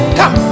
come